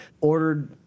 ordered